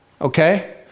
okay